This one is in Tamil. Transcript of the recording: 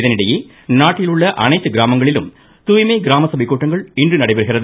இதனிடையே நாட்டில் உள்ள அனைத்து கிராமங்களிலும் தூய்மை கிராம சபை கூட்டங்கள் இன்று நடைபெறுகிறது